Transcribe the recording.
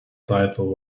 title